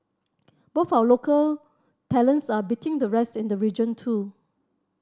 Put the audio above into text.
but our local talents are beating the rest in the region too